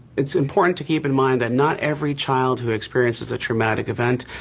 it's important to keep in mind that not every childhood experience is a traumatic event,